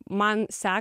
man sek